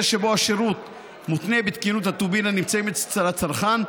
שבו השירות מותנה בתקינות הטובין הנמצאים אצל הצרכן,